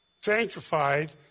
sanctified